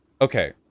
Okay